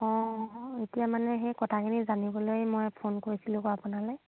অঁ এতিয়া মানে সেই কথাখিনি জানিবলৈ মই ফোন কৰিছিলোঁ বাৰু আপোনালৈ